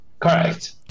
Correct